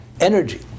energy